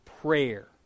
prayer